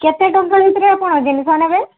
କେତେ ଟଙ୍କା ଭିତରେ ଆପଣ ଜିନିଷ ନେବେ